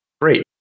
great